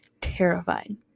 terrified